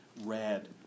red